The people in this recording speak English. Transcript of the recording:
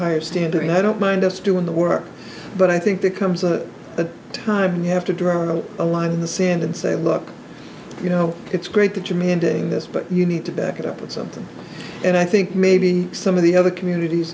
higher standard and i don't mind us doing the work but i think there comes a time when you have to draw a line in the sand and say look you know it's great that you're mandating this but you need to back it up with something and i think maybe some of the other communities